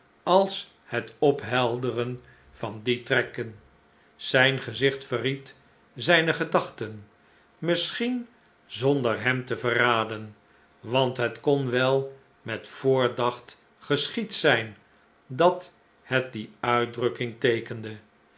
als het ophelderen van die trekken zijn gezicht verried zijne gedachten misschien zonder hem te verraden want het kon wel met voordacht geschied zijn dat het die uitdrukking teekende